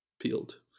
peeled